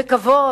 וכבוד.